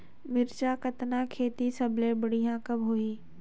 मिरचा कतना खेती सबले बढ़िया कब होही?